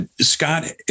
Scott